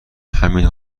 همین